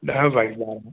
ॾह बाई ॿारहं